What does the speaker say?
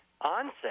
onset—